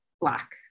black